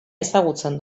ezagutzen